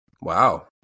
Wow